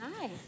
Hi